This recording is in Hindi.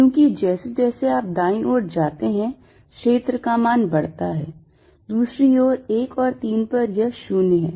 क्योंकि जैसे जैसे आप दाईं ओर जाते हैं क्षेत्र का मान बढ़ता है दूसरी ओर 1 और 3 पर यह शून्य है